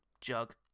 jug